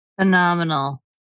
Phenomenal